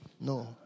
No